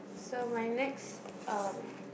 so my next uh